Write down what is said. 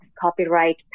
copyright